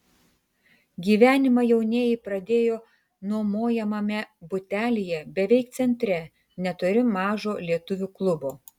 gyvenimą jaunieji pradėjo nuomojamame butelyje beveik centre netoli mažo lietuvių klubo